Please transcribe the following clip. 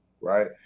right